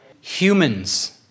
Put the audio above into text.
Humans